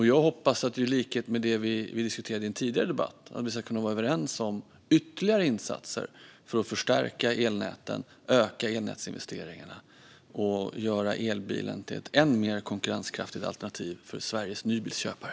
Jag hoppas att vi, i likhet med det vi diskuterade i en tidigare debatt, ska kunna vara överens om ytterligare insatser för att förstärka elnäten, öka elnätsinvesteringarna och göra elbilen till ett än mer konkurrenskraftigt alternativ för Sveriges nybilsköpare.